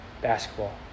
basketball